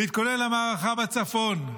להתכונן למערכה בצפון,